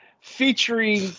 featuring